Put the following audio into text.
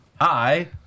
hi